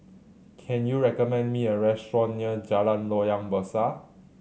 can you recommend me a restaurant near Jalan Loyang Besar